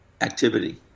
activity